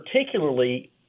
particularly